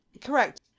Correct